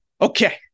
Okay